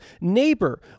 neighbor